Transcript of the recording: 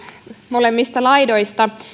molemmilla laidoilla